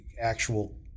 actual